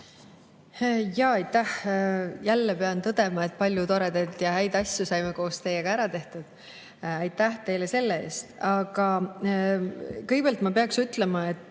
Aitäh! Jälle pean tõdema, et palju toredaid ja häid asju saime koos teiega ära tehtud. Aitäh teile selle eest! Aga kõigepealt ma peaks ütlema, et